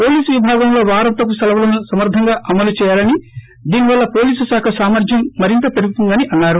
police విభాగంలో వారాంతపు సెలవులను సమర్గంగా అమలు చేయాలని దీని వల్ల పోలీసుకాఖ సామర్గం మరింత పెరుగుతుందని అన్నారు